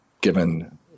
given